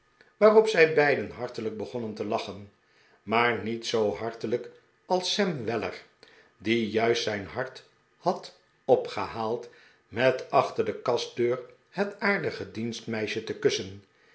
waarop zij beiden hartelijk begonnen te lachen maar niet zoo hartelijk als sam weller die juist zijn hart had opgehaald met achter de kastdeur het aardige dienstmeisje te kussen